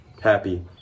Happy